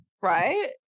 right